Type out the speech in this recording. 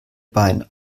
bein